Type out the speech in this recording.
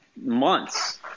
months